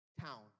town